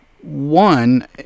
One